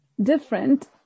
different